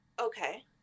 Okay